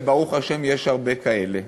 וברוך השם יש הרבה כאלה.